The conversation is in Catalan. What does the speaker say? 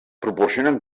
proporcionen